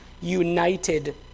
united